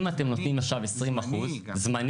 אם אתם נותנים עכשיו 20% --- זמני.